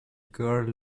girl